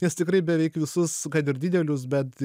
nes tikrai beveik visus kad ir didelius bet